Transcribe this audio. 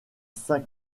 saint